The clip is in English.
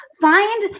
find